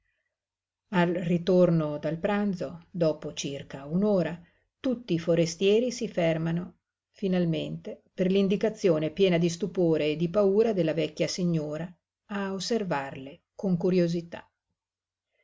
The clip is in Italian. al ritorno dal pranzo dopo circa un'ora tutti i forestieri si fermano finalmente per l'indicazione piena di stupore e di paura della vecchia signora a osservarle con curiosità